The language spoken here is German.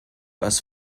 was